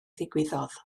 ddigwyddodd